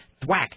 thwack